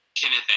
Kenneth